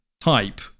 type